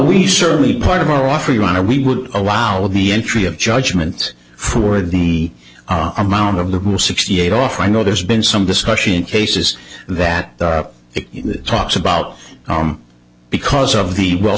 we certainly part of your offer your honor we would allow the entry of judgment for the our amount of the sixty eight off i know there's been some discussion cases that it talks about because of the well